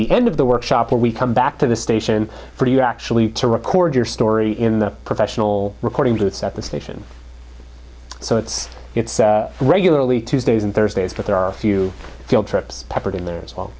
the end of the workshop where we come back to the station for you actually to record your story in the professional recording booths at the station so it's it's regularly tuesdays and thursdays but there are a few field trips peppered in there as well